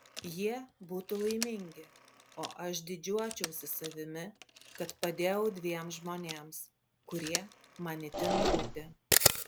jie būtų laimingi o aš didžiuočiausi savimi kad padėjau dviem žmonėms kurie man itin rūpi